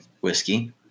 whiskey